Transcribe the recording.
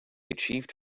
achieved